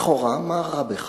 לכאורה, מה רע בכך.